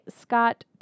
Scott